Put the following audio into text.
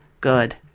good